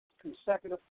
consecutive